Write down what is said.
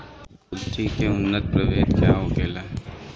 कुलथी के उन्नत प्रभेद का होखेला?